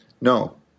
No